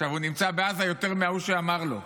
הוא נמצא בעזה יותר מזה שאמר לו,